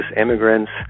immigrants